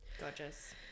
gorgeous